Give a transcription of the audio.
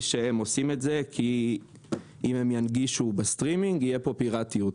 היא שאם הם ינגישו בסטרימינג תהיה פה פירטיות.